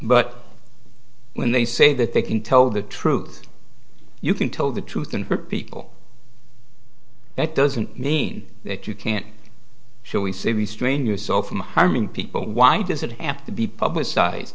but when they say that they can tell the truth you can tell the truth and people that doesn't mean that you can't should we say restrain yourself from harming people why does it have to be publicized